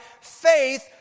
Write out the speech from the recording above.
faith